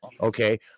Okay